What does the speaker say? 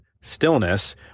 stillness